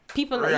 People